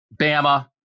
Bama